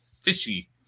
fishy